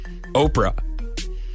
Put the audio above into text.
Oprah